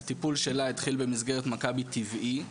הטיפול שלה התחיל במסגרת מכבי טבעי.